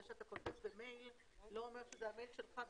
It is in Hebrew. זה שאתה כותב במייל לא אומר שזה המייל שלך.